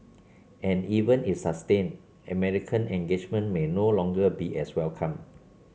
and even if sustained American engagement may no longer be as welcome